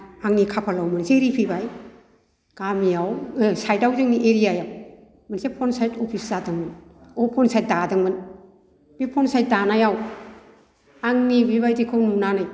आंनि खाफालाव मोनसे रिफिबाय गामियाव साइदआव जोंनि एरियायाव मोनसे पन्सायत अफिस जादोंमोन अ पन्सायत दादोंमोन बे पन्सायत दानायाव आंनि बिबायदिखौ नुनानै